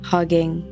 Hugging